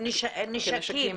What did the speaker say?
נשקים.